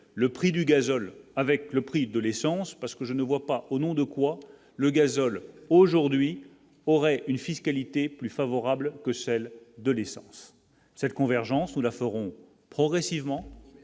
le prix du gazole avec le prix de l'essence parce que je ne vois pas au nom de quoi le gazole aujourd'hui aurait une fiscalité plus favorable que celle de l'essence cette convergence ou la feront progressivement,